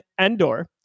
Endor